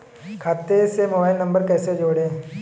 खाते से mobile number कैसे जोड़ें?